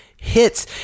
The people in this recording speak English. hits